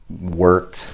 work